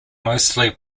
mostly